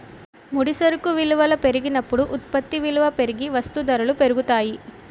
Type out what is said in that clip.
ముడి సరుకు విలువల పెరిగినప్పుడు ఉత్పత్తి విలువ పెరిగి వస్తూ ధరలు పెరుగుతాయి